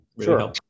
Sure